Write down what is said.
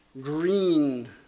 green